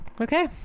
Okay